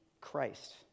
Christ